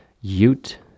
Ute